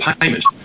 payment